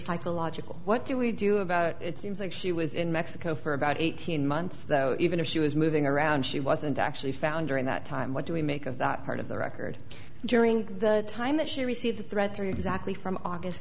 psychological what do we do about it seems like she was in mexico for about eighteen months though even if she was moving around she wasn't actually found during that time what do we make of that part of the record during the time that she received the threat or exactly from august